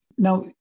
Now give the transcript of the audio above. Now